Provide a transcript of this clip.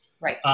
Right